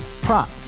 Prop